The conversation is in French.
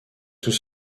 tout